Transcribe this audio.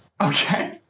Okay